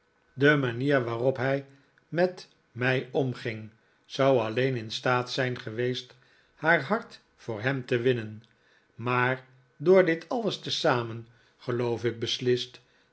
de manier waarop hij met mij omging zou alleen al in staat zijn geweest haar hart voor hem te winnen maar door dit alles tezamen geloof ik beslist